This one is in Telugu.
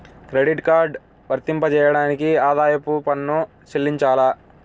క్రెడిట్ కార్డ్ వర్తింపజేయడానికి ఆదాయపు పన్ను చెల్లించాలా?